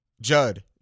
Judd